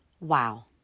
Wow